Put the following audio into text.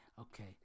Okay